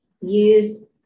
use